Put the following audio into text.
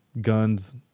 Guns